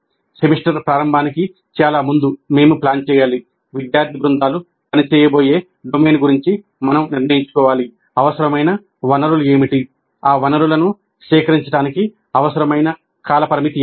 semester ప్రారంభానికి చాలా ముందు మేము ప్లాన్ చేయాలి విద్యార్థి బృందాలు పని చేయబోయే డొమైన్ గురించి మనం నిర్ణయించుకోవాలి అవసరమైన వనరులు ఏమిటి ఆ వనరులను సేకరించడానికి అవసరమైన కాలపరిమితి ఏమిటి